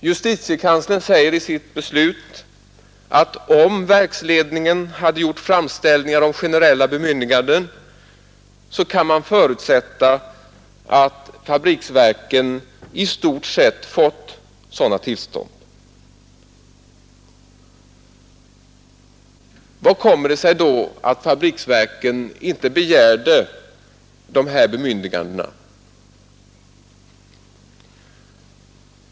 Justitiekanslern säger i sitt beslut att om verksledningen hade gjort framställningar om generella bemyndiganden, kan man förutsätta att fabriksverken i stort sett fått sådana tillstånd. Vad kommer det sig då att fabriksverken inte begärde dessa bemyndiganden?